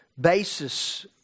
basis